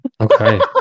okay